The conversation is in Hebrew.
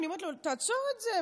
אני אומרת לו: תעצור את זה,